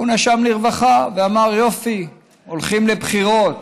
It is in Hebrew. הוא נשם לרווחה ואמר: יופי, הולכים לבחירות.